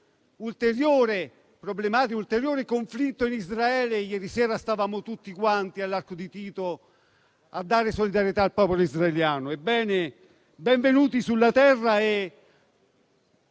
un'ulteriore problematica e un ulteriore conflitto in Israele. Ieri sera eravamo tutti quanti all'Arco di Tito ad esprimere solidarietà al popolo israeliano. Ebbene, benvenuti sulla Terra.